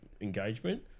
engagement